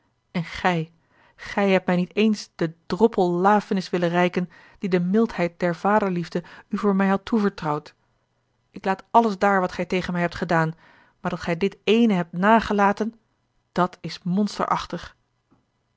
en gij gij hebt mij niet eens den droppel lafenis willen reiken dien de mildheid der vaderliefde u voor mij had toevertrouwd ik laat alles daar wat gij tegen mij hebt gedaan maar dat gij dit eene hebt nagelaten dat is